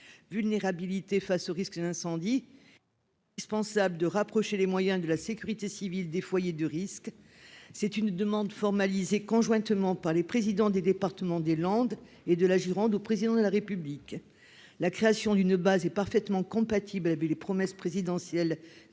vulnérabilité face aux risques d'incendie. Il est indispensable de rapprocher les moyens de la sécurité civile des foyers de risque. C'est une demande formalisée conjointement par les présidents des départements des Landes et de la Gironde au Président de la République. La création d'une base est parfaitement compatible avec les promesses présidentielles